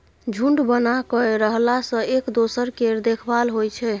झूंड बना कय रहला सँ एक दोसर केर देखभाल होइ छै